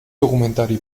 documentari